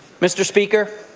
mr. speaker,